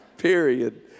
Period